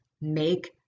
make